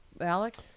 Alex